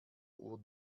uhr